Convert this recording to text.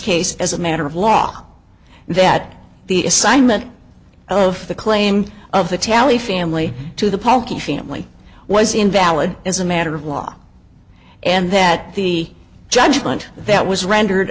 case as a matter of law that the assignment and of the claim of the tally family to the pokey family was invalid as a matter of law and that the judgment that was rendered